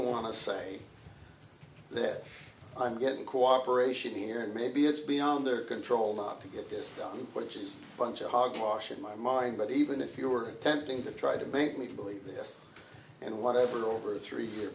want to say that i'm getting cooperation here and maybe it's beyond their control not to get this done which is bunch of hogwash in my mind but even if you were attempting to try to make me believe this and whatever over a three year